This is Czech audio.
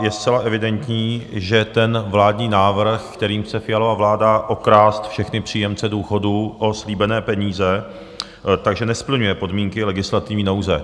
Je zcela evidentní, že ten vládní návrh, kterým chce Fialova vláda okrást všechny příjemce důchodů o slíbené peníze, nesplňuje podmínky legislativní nouze.